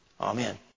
Amen